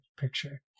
picture